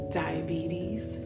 diabetes